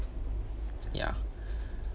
ya